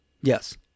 Yes